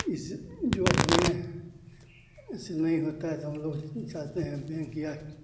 इस जो अपने ऐसे नहीं होता है तो हमलोग जाते हैं बैंक या